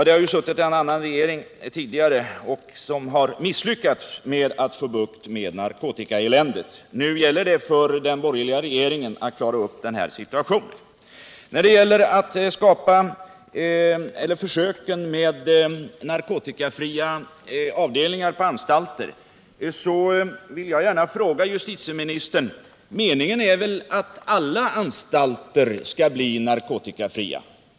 Den tidigare regeringen misslyckades med narkotikaeländet. Nu gäller det för den borgerliga regeringen att klara upp denna situation. När det gäller försöken med narkotikafria avdelningar på anstalter vill jag fråga justitieministern, om det inte är meningen att alla anstalter skall bli narkotikafria.